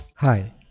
hi